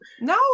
No